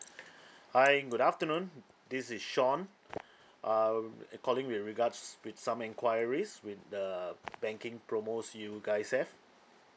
hi good afternoon this is sean um i~ calling with regards with some enquiries with the banking promos you guys have